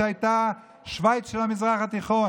מי שהייתה שווייץ של המזרח התיכון,